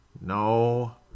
No